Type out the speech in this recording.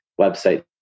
website